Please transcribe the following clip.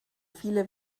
viele